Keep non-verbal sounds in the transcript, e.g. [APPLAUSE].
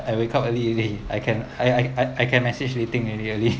I wake up early already I can I I can message many thing very early [LAUGHS]